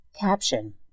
Caption